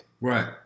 Right